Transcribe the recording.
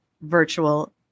virtual